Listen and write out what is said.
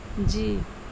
جی